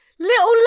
Little